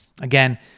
again